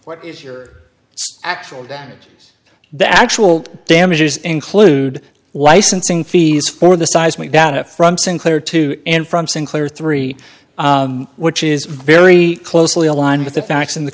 what is your actual damages that actual damages include licensing fees for the seismic data from sinclair two and from sinclair three which is very closely aligned with the facts in the